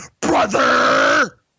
brother